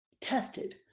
tested